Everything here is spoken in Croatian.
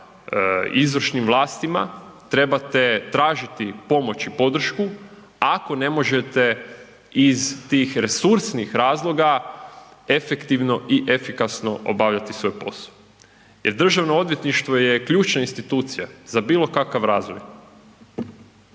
izvršnim vlastima, trebate tražiti pomoć i podršku ako ne možete iz tih resursnih razloga efektivno i efikasno obavljati svoj posao. Jer državno odvjetništvo je ključna institucija za bilo kakav razvoj.